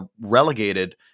relegated